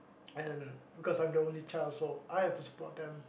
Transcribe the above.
and because I'm the only child so I have to support them